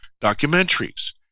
documentaries